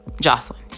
Jocelyn